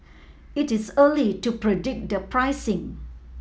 it is early to predic the pricing